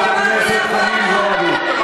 חברת הכנסת חנין זועבי.